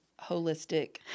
holistic